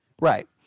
Right